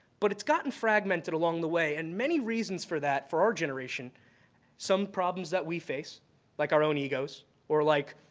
but it's gotten fragmented along the way and many reasons for that for our generation some problems that we face like our own egos or like,